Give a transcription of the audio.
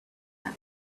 tent